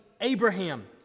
Abraham